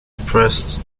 press